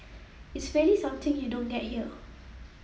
it's really something you don't get here